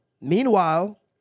meanwhile